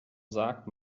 sagt